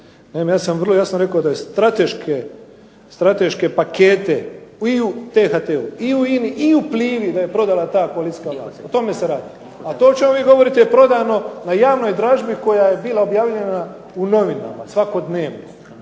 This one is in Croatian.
ja sam vrlo jasno rekao da je strateške pakete i u T-HT-u i u INA-i i u Plivi da je prodala ta koalicijska vlast, o tome se radi. A to o čemu vi govorite je prodano na javnoj dražbi koja je bila objavljivana u novinama svakodnevno